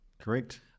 Correct